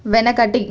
వెనకటి